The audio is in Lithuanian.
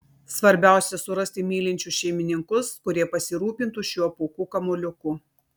svarbiausia surasti mylinčius šeimininkus kurie pasirūpintų šiuo pūkų kamuoliuku